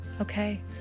Okay